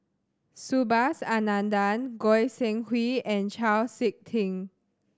Subhas Anandan Goi Seng Hui and Chau Sik Ting